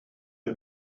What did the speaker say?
het